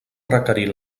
requerir